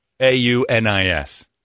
A-U-N-I-S